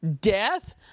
death